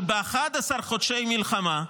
שב-11 חודשי מלחמה,